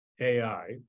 AI